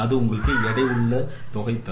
அது உங்களுக்கு எடை உள்ள தொகையை தரும்